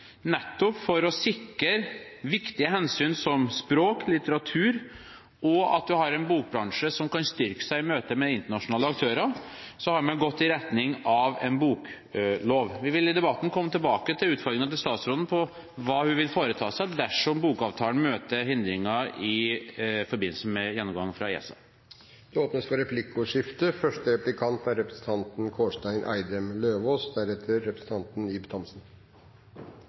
Nettopp for å sikre viktige hensyn som språk, litteratur og at man har en bokbransje som kan styrke seg i møte med internasjonale aktører, har man gått i retning av en boklov. Vi vil i debatten komme tilbake til utfordringer til statsråden med tanke på hva hun vil foreta seg dersom bokavtalen møter hindringer i forbindelse med ESAs gjennomgang. Det åpnes for replikkordskifte. Frihet er et veldig sentralt begrep i kulturpolitikken til Høyre. De som i dag – som representanten